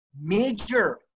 major